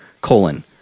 colon